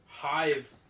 Hive